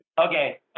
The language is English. Okay